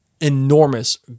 enormous